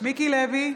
מיקי לוי,